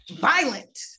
violent